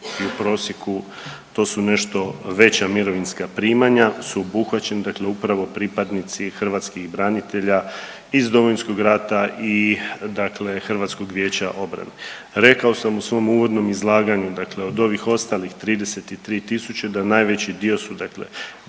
u prosjeku, to su nešto veća mirovinska primanja, su obuhvaćeni dakle upravo pripadnici hrvatskih branitelja iz Domovinskog rata i dakle HVO-a. Rekao sam u svom uvodnom izlaganju dakle od ovih ostalih 33 tisuće da najveći dio su dakle